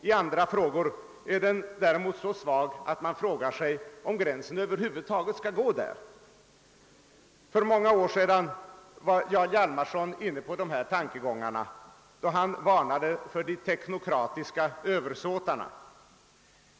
I andra frågor är den däremot så vag, att man frågar sig om gränsen över huvud taget bör gå där. För några år sedan var Jarl Hjalmarson inne på dessa tankegångar, då han varnade för de »teknokratiska översåtarna».